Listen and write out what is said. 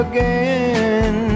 Again